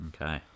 Okay